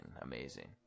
amazing